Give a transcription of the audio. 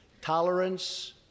Tolerance